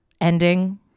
ending